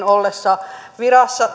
ollessa virassa